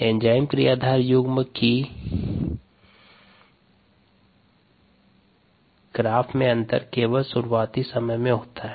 enzyme क्रियाधार युग्म की में केवल शुरुआती समय में बदलाव होता है